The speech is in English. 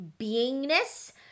beingness